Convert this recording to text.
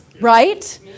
right